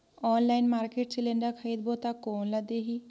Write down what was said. Online market cylinder खरीदबो ता कोन ला देही?